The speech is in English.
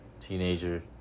Teenager